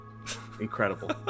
incredible